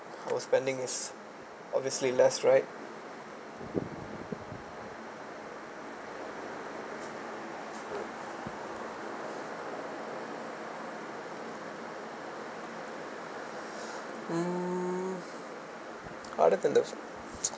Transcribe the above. I was spending obviously less right mm other than that